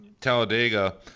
Talladega